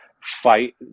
fight